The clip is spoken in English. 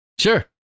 Sure